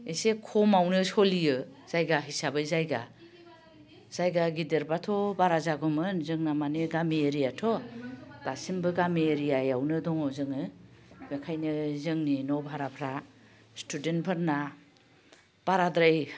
एसे खमावनो सलियो जायगा हिसाबै जायगा जायगा गिदिरबाथ' बारा जागौमोन जोंना माने गामि एरियाथ' दासिमबो गामि एरियायावनो दङ जोङो एखायनो जोंनि न' भाराफ्रा स्थुदेन्तफोरना बाराद्राय